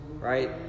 Right